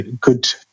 good